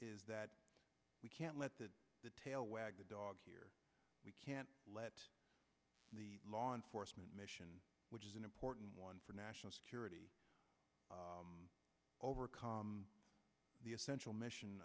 is that we can't let the tail wag the dog here we can't let the law enforcement mission which is an important one for national security overcome the essential mission